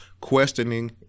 questioning